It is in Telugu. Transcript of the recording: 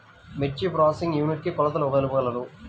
మిర్చి ప్రోసెసింగ్ యూనిట్ కి కొలతలు తెలుపగలరు?